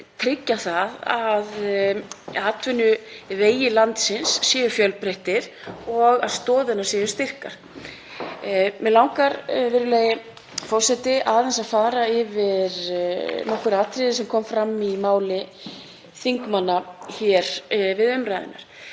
tryggja að atvinnuvegir landsins séu fjölbreyttir og stoðirnar séu styrkar. Mig langar aðeins að fara yfir nokkur atriði sem komu fram í máli þingmanna við umræðuna.